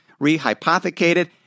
rehypothecated